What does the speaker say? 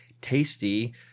tasty